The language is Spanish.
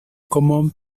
common